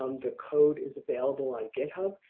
um the code is available on github.